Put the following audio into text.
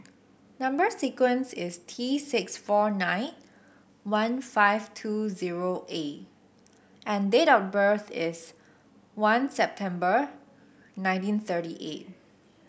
number sequence is T six four nine one five two zero A and date of birth is one September nineteen thirty eight